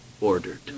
ordered